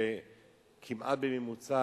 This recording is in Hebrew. בממוצע